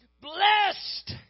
blessed